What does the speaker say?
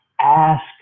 ask